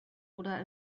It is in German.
oder